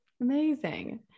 Amazing